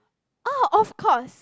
oh of cause